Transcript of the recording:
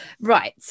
right